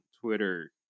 Twitter